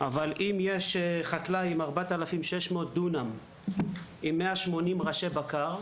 אבל אם יש חקלאי עם 4,600 דונם ו-180 ראשי בקר,